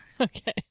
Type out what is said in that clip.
Okay